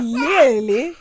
Clearly